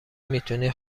میتونی